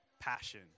passion